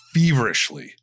feverishly